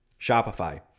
Shopify